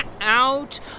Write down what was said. out